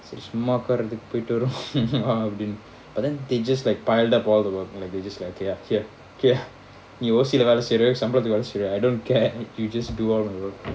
சும்மா உட்க்காரதுக்கு போய்ட்டு வருவோம் அப்டினு:summa udkarathuku poitu varuvom apdinu but then they just like piled up all the work like they just like okay here here you will see நீ யோசிக்க வேற செய்வியா:nee yosika vera seiviya I don't care you just do all the work